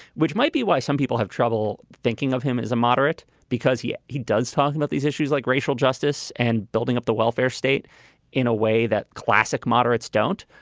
which might be why some people have trouble thinking of him as a moderate, because he he does talk about these issues like racial justice and building up the welfare state in a way that classic moderates don't.